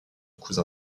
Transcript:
cousin